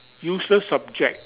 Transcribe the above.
useless subject